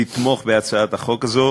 לתמוך בהצעת החוק הזאת,